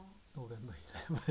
go and 买